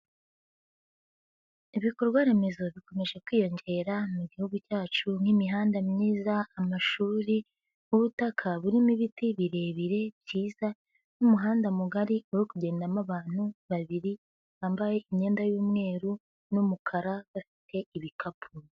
lbikorwaremezo bikomeje kwiyongera mu gihugu cyacu, nk'imihanda myiza, amashuri ,ubutaka burimo ibiti birebire byiza ,n'umuhanda mugari uri kugendamo abantu babiri, bambaye imyenda y'umweru n'umukara bafite ibikapu.